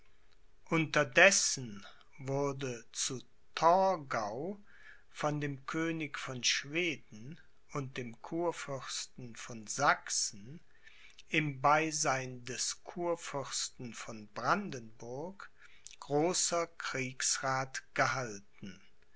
unterdessen wurde zu torgau von dem könig von schweden und dem kurfürsten von sachsen im beisein des kurfürsten von brandenburg großer kriegsrath gehalten